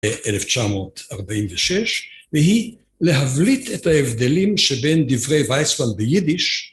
1946 והיא להבליט את ההבדלים שבין דברי ויצמן ביידיש